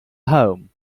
home